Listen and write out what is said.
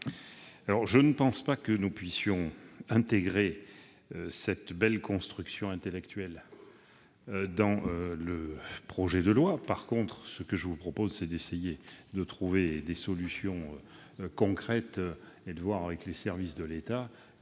Je ne pense pas que nous puissions intégrer cette belle construction intellectuelle dans le projet de loi. En revanche, je vous propose d'essayer de trouver des solutions concrètes et de voir avec les services de l'État